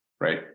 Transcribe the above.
Right